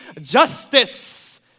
justice